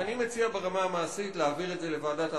אני מציע ברמה המעשית להעביר את זה לוועדת העבודה,